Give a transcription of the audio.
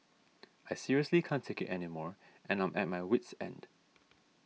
I seriously can't take it anymore and I'm at my wit's end